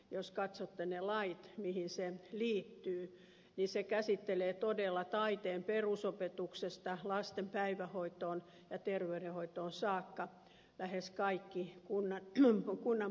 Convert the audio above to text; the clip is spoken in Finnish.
jos katsotte ne lait mihin se liittyy niin se käsittelee todella taiteen perusopetuksesta lasten päivähoitoon ja terveydenhoitoon saakka lähes kaikki kunnan palvelutehtävät